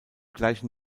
gleichen